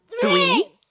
Three